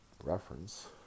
reference